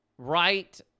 Right